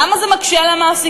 למה זה מקשה על המעסיקים?